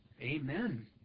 Amen